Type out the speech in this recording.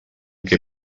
que